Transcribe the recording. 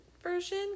version